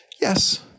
Yes